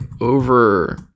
over